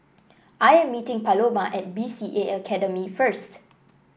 I am meeting Paloma at B C A Academy first